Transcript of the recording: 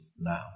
now